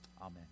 Amen